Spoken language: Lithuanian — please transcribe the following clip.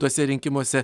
tuose rinkimuose